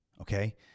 okay